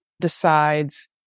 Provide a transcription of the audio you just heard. decides